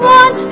one